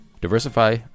Diversify